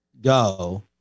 go